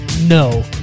No